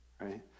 right